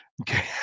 Okay